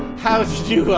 how. do you.